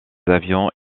avions